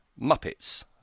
Muppets